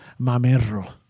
Mamero